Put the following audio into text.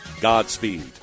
Godspeed